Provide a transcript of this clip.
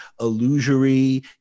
illusory